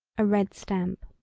a red stamp.